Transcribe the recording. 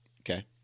Okay